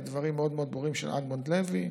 ודברים מאוד מאוד ברורים של אדמונד לוי,